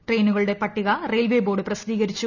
ട്രെയിനുകളുടെ പട്ടിക railway board പ്രസിദ്ധീകരിച്ചു